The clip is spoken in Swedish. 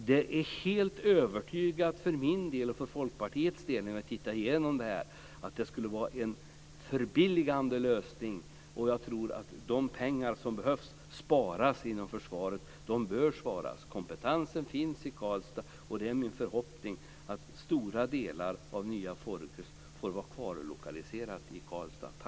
Vi i Folkpartiet är helt övertygade om, när vi tittar igenom det här, att det skulle vara en förbilligande lösning. Jag tror att de pengar som behöver sparas inom försvaret bör sparas. Kompetensen finns i Karlstad, och det är min förhoppning att stora delar av nya Forgus får vara kvar lokaliserade i Karlstad.